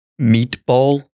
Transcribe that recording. Meatball